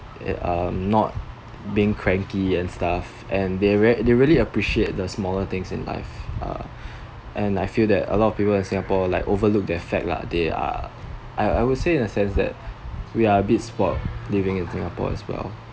uh not being cranky and stuff and they re~ they really appreciate the smaller things in life uh and I feel that a lot of people in singapore like overlook that fact lah they are I I would say that in the sense that we are a bit spoilt living in singapore as well